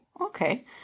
Okay